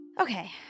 Okay